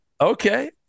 Okay